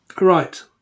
Right